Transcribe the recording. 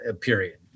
period